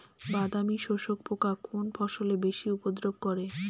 বাদামি শোষক পোকা কোন ফসলে বেশি উপদ্রব করে?